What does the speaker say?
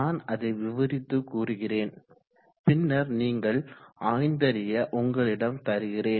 நான் அதை விவரித்து கூறுகிறேன் பின்னர் நீங்கள் ஆய்ந்தறிய உங்களிடம் தருகிறேன்